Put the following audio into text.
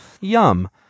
yum